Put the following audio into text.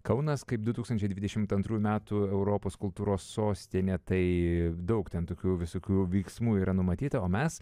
kaunas kaip du tūkstančiai dvidešimt antrųjų metų europos kultūros sostinė tai daug ten tokių visokių veiksmų yra numatyta o mes